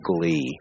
glee